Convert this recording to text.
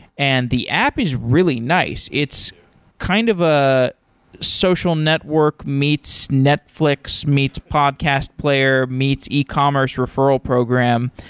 and the app is really nice. it's kind of a social network meets netflix, meets podcast player, meets ecommerce referral program,